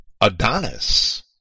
Adonis